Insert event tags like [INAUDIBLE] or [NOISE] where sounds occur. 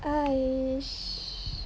[NOISE]